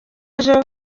ejo